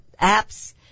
apps